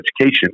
education